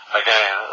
again